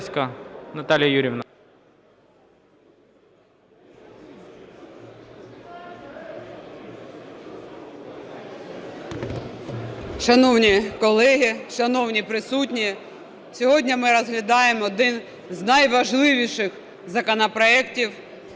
Шановні колеги, шановні присутні! Сьогодні ми розглядаємо один із найважливіших законопроектів,